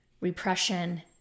repression